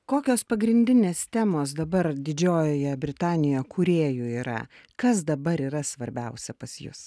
kokios pagrindinės temos dabar didžiojoje britanijoje kūrėjų yra kas dabar yra svarbiausia pas jus